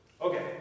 Okay